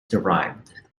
derived